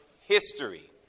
history